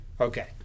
Okay